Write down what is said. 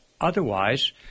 Otherwise